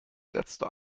letzter